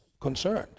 concerned